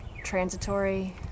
transitory